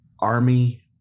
army